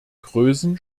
größe